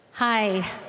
Hi